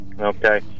Okay